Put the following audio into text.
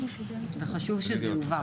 וחשוב שזה יובהר.